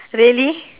really